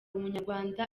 umunyarwanda